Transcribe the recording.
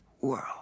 world